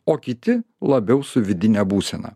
o kiti labiau su vidine būsena